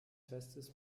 festes